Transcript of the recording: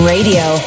Radio